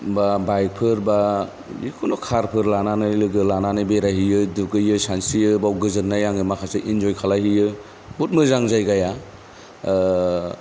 बा बाइकफोर बा जिखुनु खारफोर लानानै लोगो लानानै बेरायहैयो दुगैयो सानस्रियो बाव गोजोननाय आङो माखासे एन्जय खालायहैयो बहुथ मोजां जायगाया